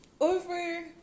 over